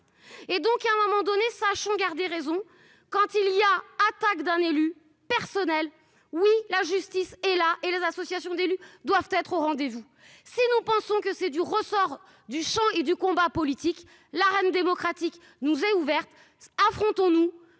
et donc à un moment donné, sachant garder raison quand il y a, attaques d'un élu personnel oui, la justice et la et les associations d'élus doivent être au rendez-vous, si nous pensons que c'est du ressort du chant et du combat politique, la reine démocratique nous est ouverte affrontons nous